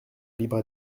libre